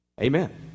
Amen